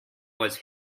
was